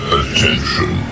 attention